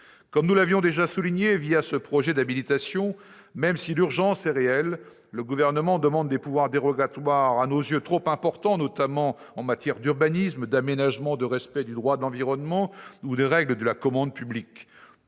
» Nous l'avions déjà souligné au sujet de ce projet d'habilitation : même si l'urgence est réelle, le Gouvernement demande des pouvoirs dérogatoires à nos yeux trop étendus, qu'il s'agisse de l'urbanisme, de l'aménagement, du respect du droit de l'environnement ou des règles de la commande publique.